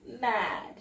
mad